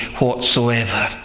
whatsoever